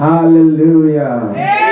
Hallelujah